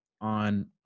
on